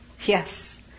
Yes